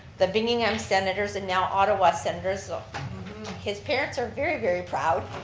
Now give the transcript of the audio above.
the binghamton senators, and now ottawa senators his parents are very, very proud.